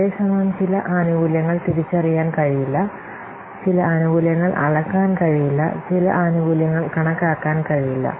അതേസമയം ചില ആനുകൂല്യങ്ങൾ തിരിച്ചറിയാൻ കഴിയില്ല ചില ആനുകൂല്യങ്ങൾ അളക്കാൻ കഴിയില്ല ചില ആനുകൂല്യങ്ങൾ കണക്കാക്കാൻ കഴിയില്ല